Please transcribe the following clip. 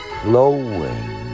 flowing